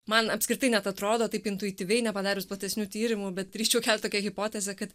man apskritai net atrodo taip intuityviai nepadarius platesnių tyrimų bet drįsčiau kelt tokią hipotezę kad